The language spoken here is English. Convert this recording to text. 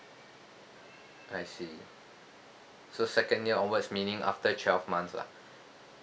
I see so second year onwards meaning after twelve months lah